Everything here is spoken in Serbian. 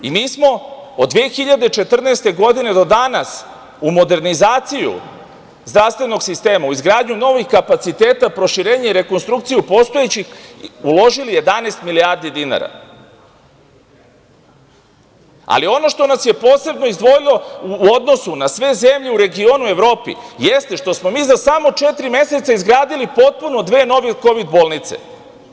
Mi smo od 2014. godine, do danas u modernizaciju zdravstvenog sistema u izgradnju novih kapaciteta proširenje i rekonstrukciju postojećih uložili 11 milijardi dinara. li, ono što nas je posebno izdvojilo u odnosu na sve zemlje u regionu u Evropi, jeste što smo mi za samo četiri meseca izgradili potpuno dve nove kovid bolnice.